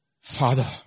father